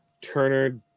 Turner